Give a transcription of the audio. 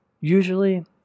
usually